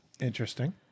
Interesting